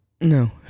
No